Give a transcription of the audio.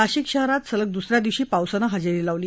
नाशिक शहरात सलग दुसऱ्या दिवशी पावसाने हजेरी लावली